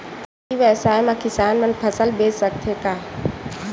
ई व्यवसाय म किसान मन फसल बेच सकथे का?